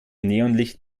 neonlicht